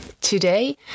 Today